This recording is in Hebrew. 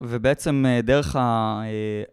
ובעצם דרך ה...